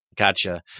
Gotcha